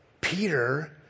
Peter